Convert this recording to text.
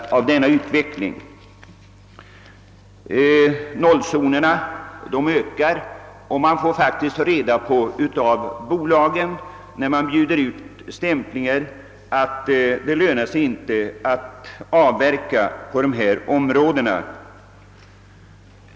Nollzonerna ökar, och när man bjuder ut stämplingar möts man ofta av det beskedet av bolagsrepresentanterna att det inte lönar sig att avverka på området i fråga.